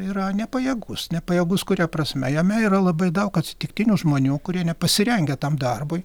yra nepajėgus nepajėgus kuria prasme jame yra labai daug atsitiktinių žmonių kurie nepasirengę tam darbui